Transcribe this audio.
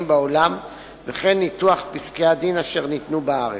בעולם וכן ניתוח פסקי-הדין אשר ניתנו בארץ.